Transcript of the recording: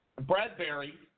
Bradbury